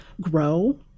grow